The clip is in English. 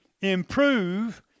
improve